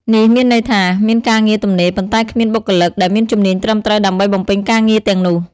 នេះមានន័យថា មានការងារទំនេរ ប៉ុន្តែគ្មានបុគ្គលិកដែលមានជំនាញត្រឹមត្រូវដើម្បីបំពេញការងារទាំងនោះ។